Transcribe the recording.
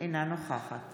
אינה נוכחת